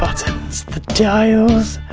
buttons, the dials.